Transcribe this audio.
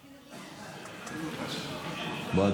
בוא,